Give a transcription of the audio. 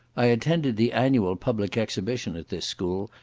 i attended the annual public exhibition at this school,